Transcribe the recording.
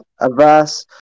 averse